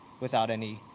without any,